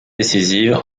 décisives